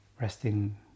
resting